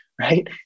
Right